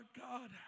God